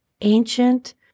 ancient